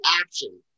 action